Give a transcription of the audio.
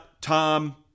Tom